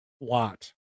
lot